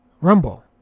Rumble